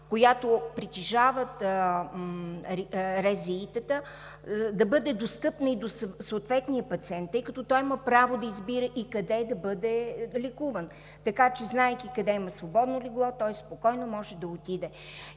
която притежават РЗИ-тата, да бъде достъпна и за съответния пациент, тъй като той има право да избира и къде да бъде лекуван. Така че, знаейки къде има свободно легло, спокойно може да постъпи,